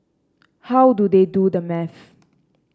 how do they do the math